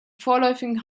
vorläufigen